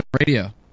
Radio